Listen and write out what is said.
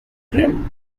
grim